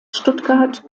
stuttgart